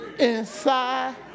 inside